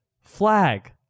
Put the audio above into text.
flag